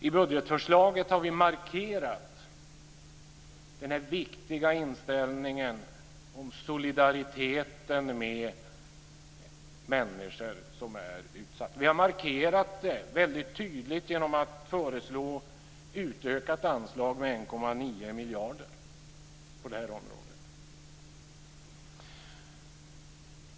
I budgetförslaget har vi markerat den viktiga inställningen om solidaritet med människor som är utsatta. Vi har markerat det väldigt tydligt genom att föreslå en utökning av anslaget med 1,9 miljarder på det här området.